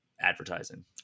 advertising